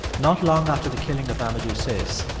not long after the killing of amadou cisse,